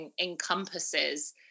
encompasses